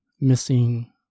missing